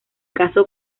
caso